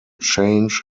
change